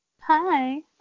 Hi